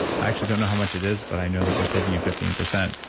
i actually don't know how much it is, but i know that we're saving you fifteen percent.